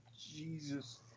Jesus